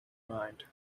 mind